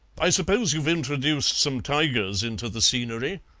i suppose you've introduced some tigers into the scenery?